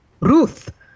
Ruth